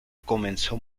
comenzó